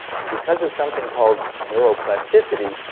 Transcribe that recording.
and because of something called neuroplasticity,